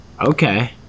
Okay